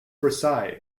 versailles